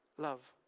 love